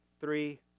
three